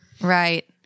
Right